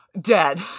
Dead